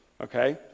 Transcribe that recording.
Okay